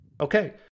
Okay